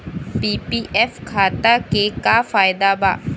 PPF खाता के का फायदा बा?